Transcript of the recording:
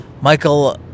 Michael